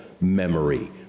memory